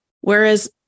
Whereas